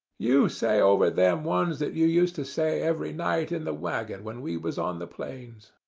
you say over them ones that you used to say every night in the waggon when we was on the plains.